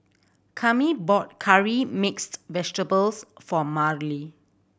Cami bought curry mixed vegetables for Marlee